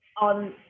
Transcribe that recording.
on